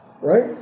right